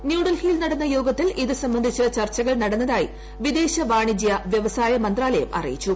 ന്യൂഡൽഹിയിൽ നടന്ന യോഗത്തിൽ ഇത് സംബന്ധിച്ച് ചർച്ചകൾ നടന്നതായി വിദേശവാണിജൃ വൃവസായ മന്ത്രാലയം അറിയിച്ചു